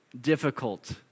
difficult